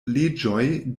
leĝoj